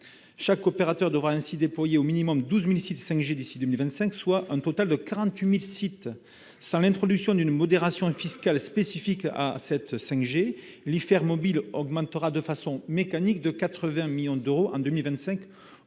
Chaque opérateur devra ainsi déployer au minimum 12 000 sites 5G d'ici à 2025, soit un total de 48 000 sites. Sans l'introduction d'une modération fiscale spécifique à la 5G, l'IFER mobile augmentera mécaniquement de 80 millions d'euros en 2025